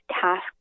task